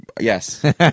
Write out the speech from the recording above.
Yes